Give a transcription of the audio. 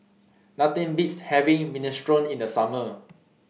Nothing Beats having Minestrone in The Summer